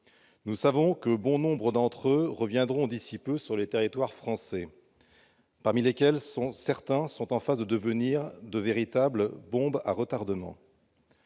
Nous savons que bon nombre d'entre eux reviendront d'ici peu sur le territoire français, dont certains sont en passe de devenir de véritables « bombes à retardement